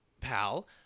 pal